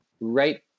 Right